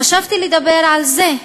חשבתי לדבר על זה.